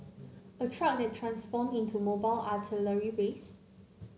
a truck that transform into mobile artillery base